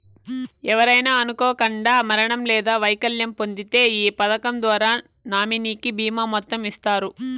ఎవరైనా అనుకోకండా మరణం లేదా వైకల్యం పొందింతే ఈ పదకం ద్వారా నామినీకి బీమా మొత్తం ఇస్తారు